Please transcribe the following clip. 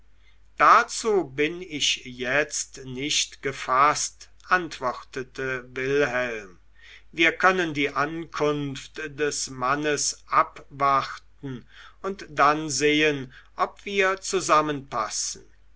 dazu bin ich jetzt nicht gefaßt antwortete wilhelm wir können die ankunft des mannes abwarten und dann sehen ob wir zusammenpassen